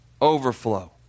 overflow